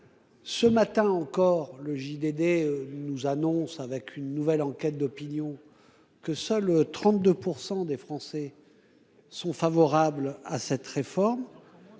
Ce matin encore le JDD nous annonce avec une nouvelle enquête d'opinion que seuls 32% des Français. Sont favorables à cette réforme.